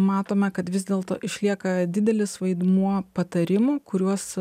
matome kad vis dėlto išlieka didelis vaidmuo patarimų kuriuos